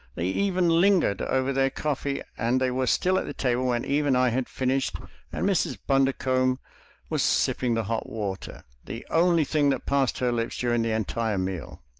they even lingered over their coffee and they were still at the table when eve and i had finished and mrs. bundercombe was sipping the hot water, the only thing that passed her lips during the entire meal.